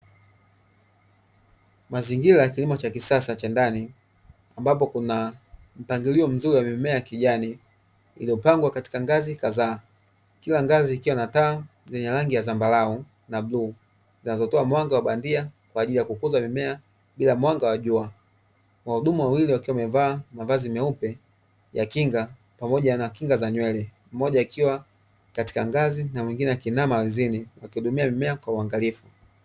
Mazingira ya kilimo cha kisasa cha ndani, ambapo kuna mpangilio mzuri wa mimea ya kijani, iliyopangwa katika ngazi kadhaa, kila ngazi ikiwa na taa zenye rangi ya zambarau na bluu, zinazotoa mwanga wa bandia kwa ajili ya kukuza mimea bila mwanga wa jua. Wahudumu wawili wakiwa wamevaa mavazi meupe ya kinga pamoja na kinga za nywele, mmoja akiwa katika ngazi na mwingine akiinama ardhini, wakihudumia mimea kwa uangalifu.